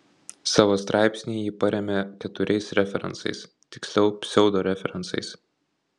savo straipsnį ji paremia keturiais referencais tiksliau pseudo referencais